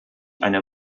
eine